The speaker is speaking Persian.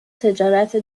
تجارت